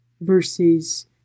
versus